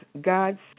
God's